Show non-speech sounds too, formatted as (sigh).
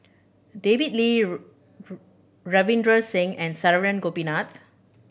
David Lee (unintelligible) Ravinder Singh and Saravanan Gopinathan